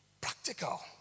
practical